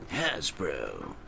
Hasbro